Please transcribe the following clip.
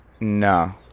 No